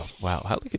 Wow